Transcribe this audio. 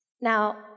Now